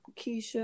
Keisha